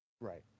Right